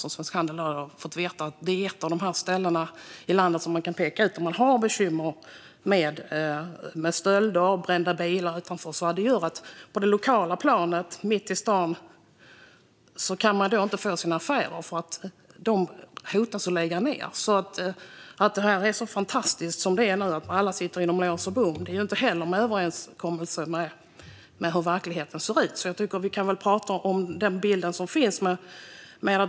Jag har av Svensk Handel fått veta att det är ett av de ställen i landet som pekas ut för att man har bekymmer med stölder, brända bilar och så vidare. Det gör att man på det lokala planet, mitt i stan, inte kan ha sina affärer. De hotas av att behöva lägga ned. Morgan Johansson säger att det är så fantastiskt nu och att alla sitter bakom lås och bom. Men det överensstämmer inte med hur verkligheten ser ut, så jag tycker att vi i stället kan tala om den bild som finns.